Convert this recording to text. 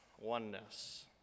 oneness